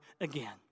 again